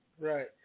Right